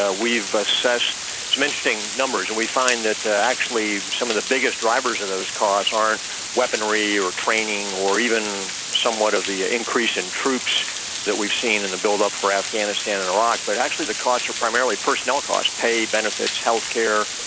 ah we've assessed, it's mentioning numbers, and we find that actually some of the biggest drivers of those costs aren't weaponry or training or even somewhat of the increase in troops that we've seen in the build-up for afghanistan and iraq but actually the costs are primarily personnel costs, pay benefits, health care,